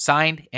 Signed